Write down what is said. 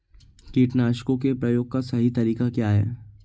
कीटनाशकों के प्रयोग का सही तरीका क्या है?